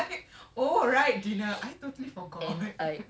astagfirullah